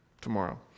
tomorrow